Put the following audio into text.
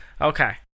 Okay